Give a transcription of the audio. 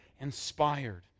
inspired